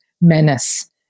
menace